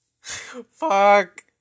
Fuck